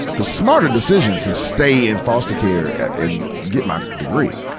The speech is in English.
the smarter decision to stay in foster care and get my degree.